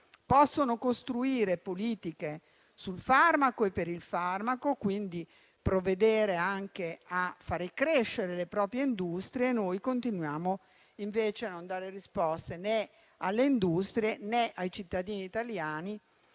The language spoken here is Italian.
possono costruire politiche sul farmaco e per il farmaco, provvedendo quindi anche a far crescere le proprie industrie, noi continuiamo a non dare risposte né alle industrie né ai cittadini italiani